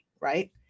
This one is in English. right